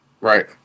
Right